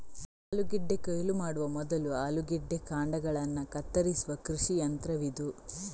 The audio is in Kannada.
ಆಲೂಗೆಡ್ಡೆ ಕೊಯ್ಲು ಮಾಡುವ ಮೊದಲು ಆಲೂಗೆಡ್ಡೆ ಕಾಂಡಗಳನ್ನ ಕತ್ತರಿಸುವ ಕೃಷಿ ಯಂತ್ರವಿದು